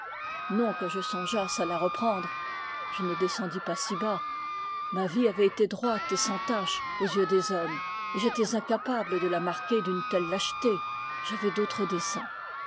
non que je songeasse à la reprendre je ne descendis pas si bas ma vie avait été droite et sans tache aux yeux des hommes et j'étais incapable de la marquer d'une telle lâcheté j'avais d'autres desseins